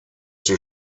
die